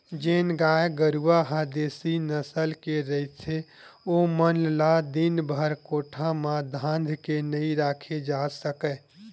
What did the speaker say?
जेन गाय गरूवा ह देसी नसल के रहिथे ओमन ल दिनभर कोठा म धांध के नइ राखे जा सकय